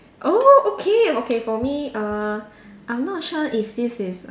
oh okay okay for me err I'm not sure if this is